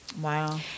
Wow